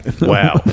Wow